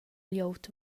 glieud